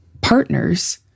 partners